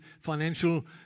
financial